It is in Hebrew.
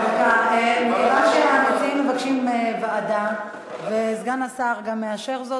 מכיוון שהמציעים מבקשים ועדה וסגן השר גם מאשר זאת,